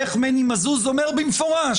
איך מני מזוז אומר במפורש: